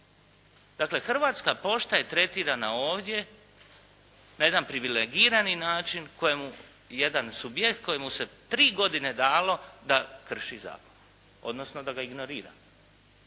Dakle Hrvatska pošta je tretirana ovdje na jedan privilegirani način kojemu jedan subjekt kojemu se tri godine dalo da krši zakon, odnosno da ga ignorira.